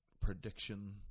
prediction